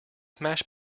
mashed